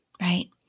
right